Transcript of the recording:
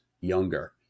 younger